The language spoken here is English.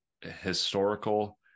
historical